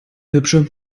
hübsche